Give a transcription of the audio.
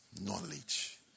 knowledge